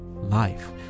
life